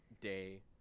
day